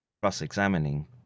cross-examining